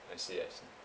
I see I see